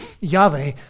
Yahweh